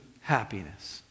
Happiness